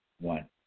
one